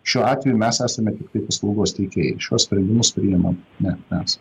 šiuo atveju mes esame tiktai paslaugos teikėjai šiuos sprendimus priimam ne mes